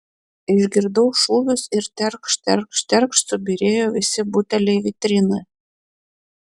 išgirdau šūvius ir terkšt terkšt terkšt subyrėjo visi buteliai vitrinoje